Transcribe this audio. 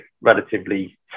relatively